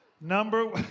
Number